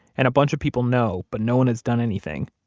and a bunch of people know but no one has done anything,